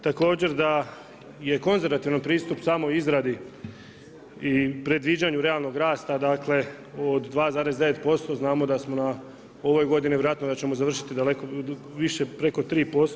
Također da je konzervativan pristup u samoj izradi i predviđanju realnog rasta, dakle od 2,9%, znamo da u ovoj godini vjerojatno da ćemo završiti daleko više, preko 3%